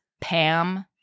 PAM